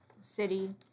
City